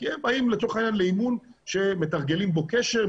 כי הם באים לצורך העניין לאימון שמתרגלים בו קשר,